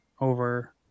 over